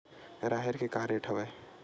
राहेर के का रेट हवय?